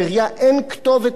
אין כתובת לבתים.